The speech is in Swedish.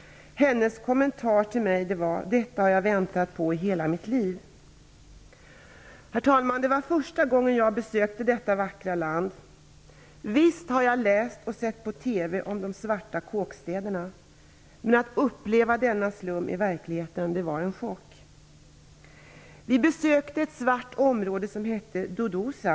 Hennes kommentar till mig var: Detta har jag väntat på i hela mitt liv. Herr talman! Det var första gången jag besökte detta vackra land. Visst har jag läst och sett inslag på TV om de svart kåkstäderna, men att uppleva denna slum i verkligheten var en chock. Vi besökte ett svart område som hette Duduza.